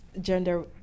gender